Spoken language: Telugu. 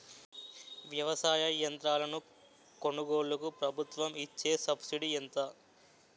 వ్యవసాయ యంత్రాలను కొనుగోలుకు ప్రభుత్వం ఇచ్చే సబ్సిడీ ఎంత?